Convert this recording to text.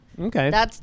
Okay